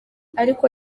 ariko